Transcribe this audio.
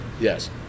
Yes